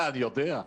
אני יודע.